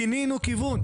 שינינו כיוון.